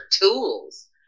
tools